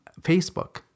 Facebook